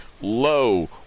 Lo